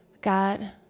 God